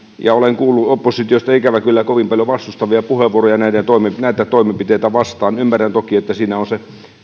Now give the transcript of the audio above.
ja olen kuullut oppositiosta ikävä kyllä kovin paljon vastustavia puheenvuoroja näitä toimenpiteitä vastaan ymmärrän toki että siinä on se